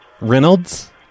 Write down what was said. Reynolds